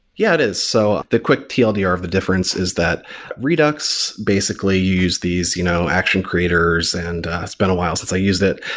yeah, it is. so the quick tldr of the difference is that redux basically use these you know action creators, and it's been a while since i used it.